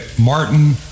Martin